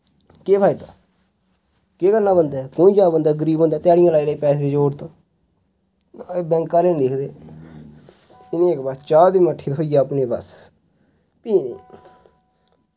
केह् फायदा केह् करना बंदै कोंईं जा बंदा गरीब बंदा ध्याड़ियां लाई लाई पैसे जोड़दा बैंक आह्लें इनें बस चाह् ते मट्ठी थ्होई जा पीने ई बस फ्ही नी